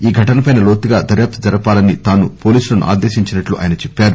ఈ ఘటనపై లోతుగా దర్భాప్తు జరపాలని తాను పోలీసులను ఆదేశించినట్లు ఆయన చెప్పారు